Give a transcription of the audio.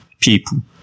people